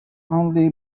only